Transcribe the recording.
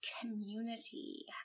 community